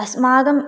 अस्माकं